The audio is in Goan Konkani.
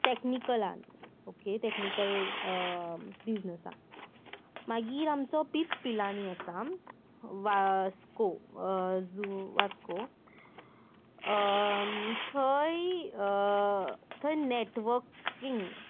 टॅक्निकलान ओके टॅक्निकल बिजनसान मागीर आमचो पीच पिलांनी आसा वास्को जू वास्को थंय थंय नॅटवर्कींग